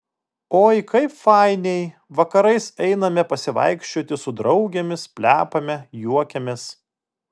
oi kaip fainiai vakarais einame pasivaikščioti su draugėmis plepame juokiamės